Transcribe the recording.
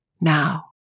now